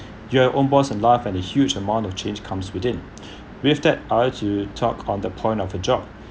you are own boss and laugh and a huge amount of change comes within with that I'll like to talk on the point of a job